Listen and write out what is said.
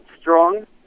strong